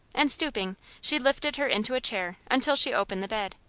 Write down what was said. and stooping she lifted her into a chair until she opened the bed.